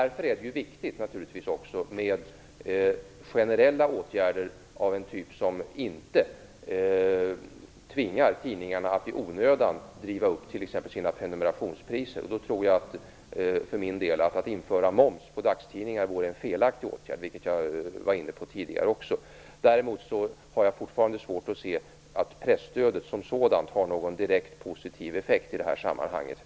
Därför är det naturligtvis viktigt med generella åtgärder av en typ som inte tvingar tidningarna att i onödan driva upp t.ex. sina prenumerationspriser. För min del tror jag att det vore en felaktig åtgärd att införa moms på dagstidningar. Detta var jag också inne på tidigare. Däremot har jag fortfarande svårt att se att presstödet som sådant skulle ha någon direkt positiv effekt i det här sammanhanget.